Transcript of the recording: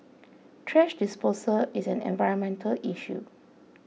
thrash disposal is an environmental issue